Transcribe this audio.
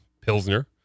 Pilsner